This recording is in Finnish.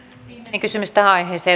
viimeinen kysymys tähän aiheeseen